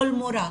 כל מורה,